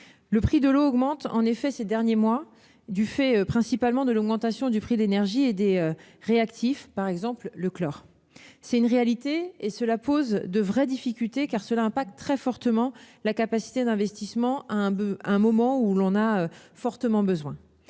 Le prix de l'eau a en effet augmenté ces derniers mois du fait principalement de l'augmentation du prix de l'énergie et des réactifs, comme le chlore. C'est une réalité, qui pose de sérieuses difficultés, car cela nuit très fortement à la capacité d'investissement à un moment où l'on en a fortement besoin.